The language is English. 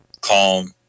calm